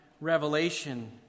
Revelation